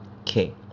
Okay